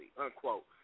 unquote